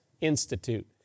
Institute